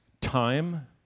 time